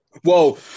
whoa